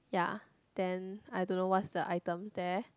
ya then I don't know what's the item there